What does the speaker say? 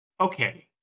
Okay